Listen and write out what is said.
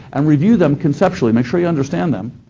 and review them conceptually. make sure you understand them.